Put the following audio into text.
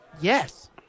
Yes